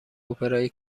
اپرای